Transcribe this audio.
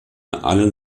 allen